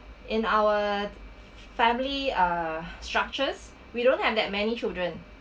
in our family uh structures we don't have that many children